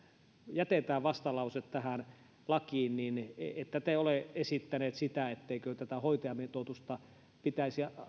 jätetään vastalause tähän lakiin niin ette te ole esittäneet sitä etteikö tätä hoitajamitoitusta pitäisi